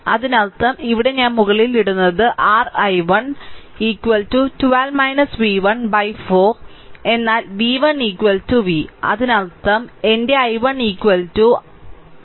അതിനർത്ഥം ഇവിടെ ഞാൻ മുകളിൽ ഇടുന്നത് r i1 അത് 12 v1 by 4 എന്നാൽ v1 v1 v അതിനർത്ഥം അതായത് എന്റെ i1 12 v 4